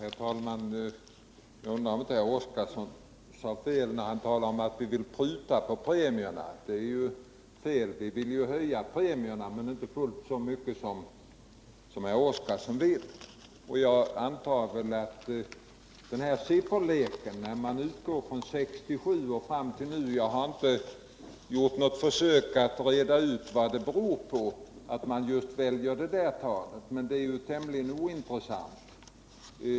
Herr talman! Jag undrar om inte Gunnar Oskarson sade fel när han påstod att vi vill pruta premierna. Vi vill höja premierna. men inte fullt så mycket som Gunnar Oskarson vill. Jag har inte gjort något försök att reda ut varför man gör den här sifferleken med utgångspunkt från 1967, men det är tämligen ointressant.